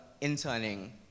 interning